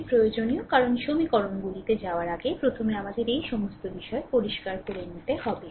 এটি প্রয়োজনীয় কারণ সমীকরণগুলিতে যাওয়ার আগে প্রথমে আমাদের এই সমস্ত বিষয় পরিষ্কার করে নিতে হবে